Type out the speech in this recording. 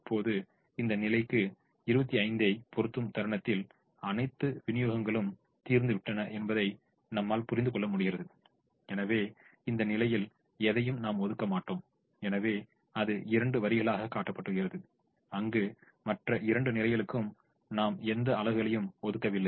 இப்போது இந்த நிலைக்கு 25 ஐ பொருத்தும் தருணத்தில் அனைத்து விநியோகங்களும் தீர்ந்துவிட்டன என்பதை நம்மால் புரிந்து கொள்ள முடிகிறது எனவே இந்த நிலையில் எதையும் நாம் ஒதுக்க மாட்டோம் எனவே அது இரண்டு வரிகளாக காட்டப்படுகிறது அங்கு மற்ற இரண்டு நிலைகளுக்கு நாம் எந்த அலகுகளையும் ஒதுக்கவில்லை